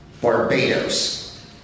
Barbados